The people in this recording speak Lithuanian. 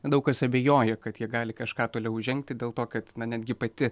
daug kas abejoja kad jie gali kažką toliau žengti dėl to kad netgi pati